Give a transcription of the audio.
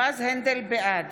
בעד